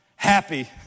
happy